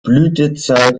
blütezeit